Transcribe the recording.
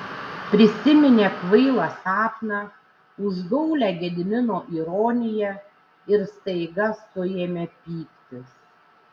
prisiminė kvailą sapną užgaulią gedimino ironiją ir staiga suėmė pyktis